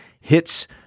hits